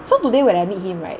so today when I meet him right